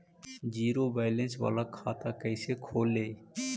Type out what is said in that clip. Zero balance बाला खाता कैसे खोले?